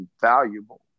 valuable